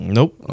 Nope